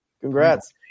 Congrats